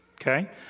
Okay